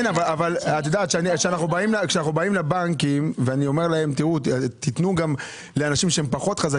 כשאנחנו באים לבנקים ואני אומר: תנו לאנשים פחות חזקים,